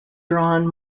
drawn